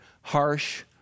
Harsh